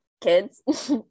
kids